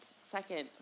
second